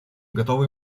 готовы